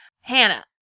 Hannah